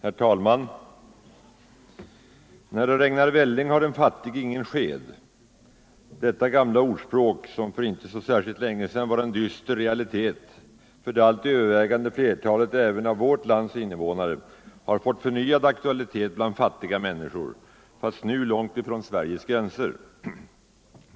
Herr talman! När det regnar välling har den fattige ingen sked — detta gamla ordspråk, som för inte så särskilt länge sedan var en dyster realitet för det allt övervägande flertalet även av vårt lands invånare, har fått förnyad aktualitet bland fattiga människor, men nu långt från Sveriges gränser.